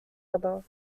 other